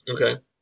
Okay